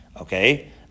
Okay